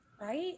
right